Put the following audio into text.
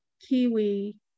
kiwi